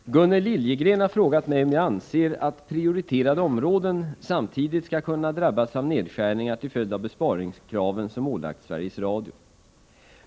Herr talman! Gunnel Liljegren har frågat mig om jag anser att ”prioriterade områden” samtidigt skall kunna drabbas av nedskärningar till följd av besparingskraven som ålagts Sveriges Radio.